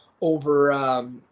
over